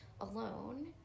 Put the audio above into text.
alone